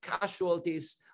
casualties